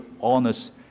honest